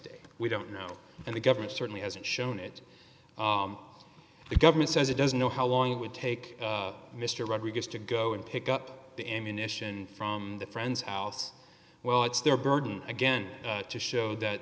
day we don't know and the government certainly hasn't shown it the government says it doesn't know how long it would take mr rodriguez to go and pick up the ammunition from the friend's house well it's their burden again to show that